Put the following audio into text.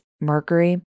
Mercury